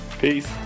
Peace